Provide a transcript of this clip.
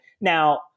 Now